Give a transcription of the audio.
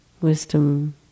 wisdom